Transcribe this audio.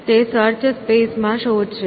તે search space માં શોધશે